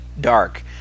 dark